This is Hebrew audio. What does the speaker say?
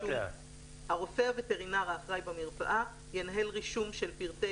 הרופא הווטרינר האחראי במרפאה ינהל רישום של פרטי